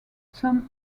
some